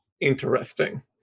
interesting